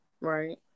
right